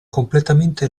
completamente